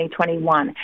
2021